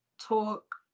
talk